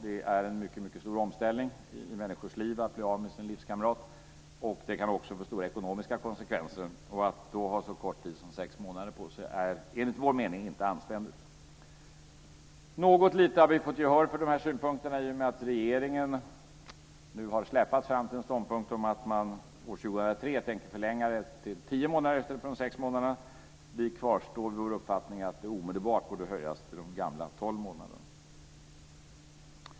Det är en mycket stor omställning i en människas liv att bli av med sin livskamrat, och det kan också få stora ekonomiska konsekvenser. Att då ha så kort tid på sig som sex månader är enligt vår mening inte anständigt. Något lite har vi fått gehör för de här synpunkterna, i och med att regeringen nu har släpats fram till en ståndpunkt att man år 2003 tänkte förlänga det till tio månader i stället för de sex månaderna. Vi kvarstår vid vår uppfattning att det omedelbart borde höjas till de gamla tolv månaderna.